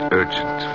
urgent